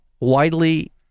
widely